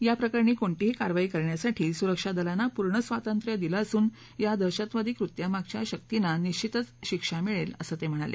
याप्रकरणी कोणतीही कारवाई करण्यासाठी सुरक्षा दलांना पूर्ण स्वातंत्र्य दिलं असून या दहशतवादी कृत्यामागच्या शक्तींना निश्चितच शिक्षा मिळेल असं ते म्हणाले